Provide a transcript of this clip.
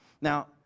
Now